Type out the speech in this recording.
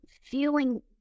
feeling